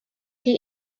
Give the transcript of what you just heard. chi